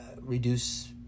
reduce